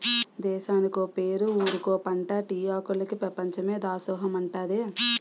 దేశానికో పేరు ఊరికో పంటా టీ ఆకులికి పెపంచమే దాసోహమంటాదే